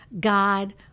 God